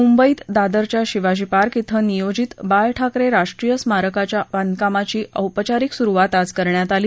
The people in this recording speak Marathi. मुंबईत दादरच्या शिवाजी पार्क इथं नियोजित बाळा ठाकरे राष्ट्रीय स्मारकाच्या बांधकामाची औपचारिक सुरुवात आज करण्यात आली